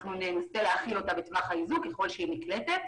ננסה להכיל אותה בטווח האיזוק ככל שהיא נקלטת.